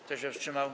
Kto się wstrzymał?